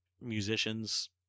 musicians